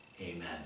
amen